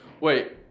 Wait